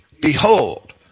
behold